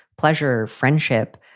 pleasure, friendship,